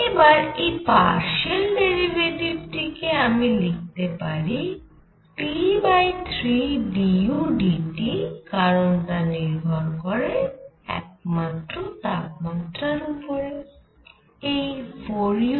এবার এই partial derivative টি কে আমি লিখতে পারি T3dudT কারণ তা নির্ভর করে একমাত্র তাপমাত্রার উপর এই 4u3